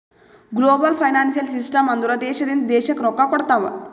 global financial system ಅಂದುರ್ ದೇಶದಿಂದ್ ದೇಶಕ್ಕ್ ರೊಕ್ಕಾ ಕೊಡ್ತಾವ್